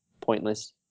pointless